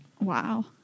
Wow